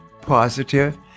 positive